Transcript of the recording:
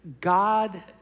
God